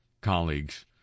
colleagues